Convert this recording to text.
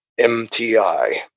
MTI